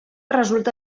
resulta